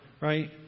right